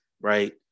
right